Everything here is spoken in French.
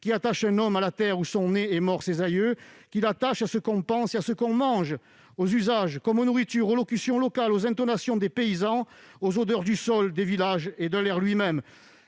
qui attachent un homme à la terre où sont nés et morts ses aïeux, qui l'attachent à ce qu'on pense et à ce qu'on mange, aux usages comme aux nourritures, aux locutions locales, aux intonations des paysans, aux odeurs du sol, des villages et de l'air lui-même.